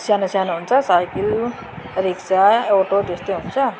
सानो सानो हुन्छ साइकिल रिक्सा अटो त्यस्तै हुन्छ